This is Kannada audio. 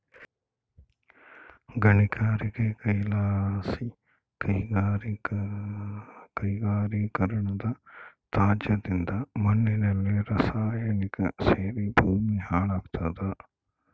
ಗಣಿಗಾರಿಕೆಲಾಸಿ ಕೈಗಾರಿಕೀಕರಣದತ್ಯಾಜ್ಯದಿಂದ ಮಣ್ಣಿನಲ್ಲಿ ರಾಸಾಯನಿಕ ಸೇರಿ ಭೂಮಿ ಹಾಳಾಗ್ತಾದ